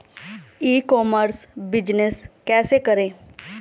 ई commerce business कैसे करें?